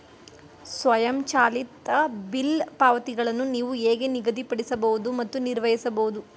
ಸ್ವಯಂಚಾಲಿತ ಬಿಲ್ ಪಾವತಿಗಳನ್ನು ನೀವು ಹೇಗೆ ನಿಗದಿಪಡಿಸಬಹುದು ಮತ್ತು ನಿರ್ವಹಿಸಬಹುದು?